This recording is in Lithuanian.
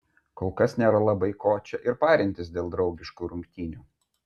kolkas nėra labai ko čia ir parintis dėl draugiškų rungtynių